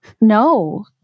No